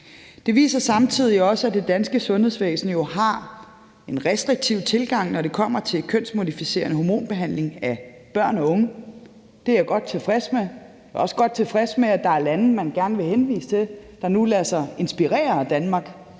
det viser jo samtidig også, at det danske sundhedsvæsen har en restriktiv tilgang, når det kommer til en kønsmodificerende hormonbehandling af børn og unge. Det er jeg godt tilfreds med, og jeg er også godt tilfreds med, at der er lande, man gerne vil henvise til, der nu lader sig inspirere af Danmark